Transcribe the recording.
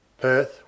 Perth